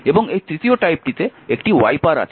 এবং এই তৃতীয় টাইপটিতে একটি ওয়াইপার আছে